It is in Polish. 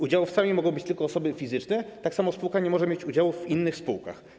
Udziałowcami mogą być tylko osoby fizyczne, tak samo spółka nie może mieć udziałów w innych spółkach.